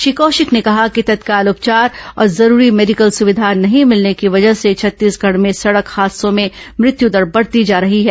श्री कौशिक ने कहा कि तत्काल उपचार और जरूरी मेडिकल सुविधा नहीं मिलने की वजह से छत्तीसगढ़ में सड़क हादसों में मृत्युदर बढ़ती जा रही है